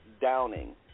Downing